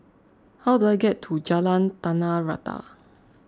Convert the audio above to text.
how do I get to Jalan Tanah Rata